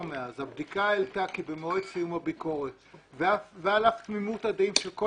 מאז הבדיקה העלתה כי במועד סיום הביקורת ועל אף תמימות הדעים של כל